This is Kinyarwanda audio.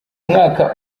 mwaka